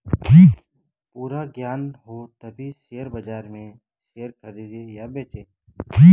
पूरा ज्ञान हो तभी शेयर बाजार में शेयर खरीदे या बेचे